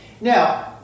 Now